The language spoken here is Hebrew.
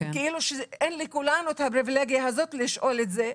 כאילו שאין לכולנו את הפריבילגיה הזאת לשאול את זה.